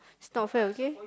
it's not fair okay